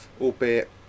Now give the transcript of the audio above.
Albeit